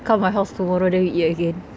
come my house tomorrow then we eat again